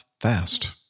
fast